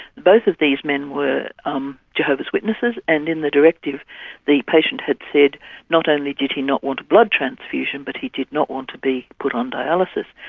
both of these men were um jehovah's witnesses and in the directive the patient had said not only did he not want a blood transfusion, but he did not want to be put on dialysis.